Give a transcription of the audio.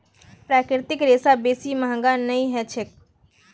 प्राकृतिक रेशा बेसी महंगा नइ ह छेक